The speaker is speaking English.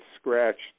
scratched